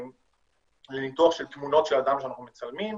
בניתוח תמונות של האדם שאנחנו מצלמים,